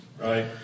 right